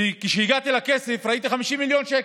וכשהגעתי לכסף ראיתי 50 מיליון שקל.